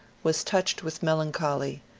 was touched with melancholy,